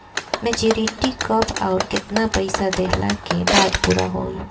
Maturity कब आउर केतना पईसा देहला के बाद पूरा होई?